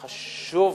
חשוב,